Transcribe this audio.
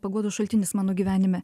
paguodos šaltinis mano gyvenime